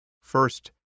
first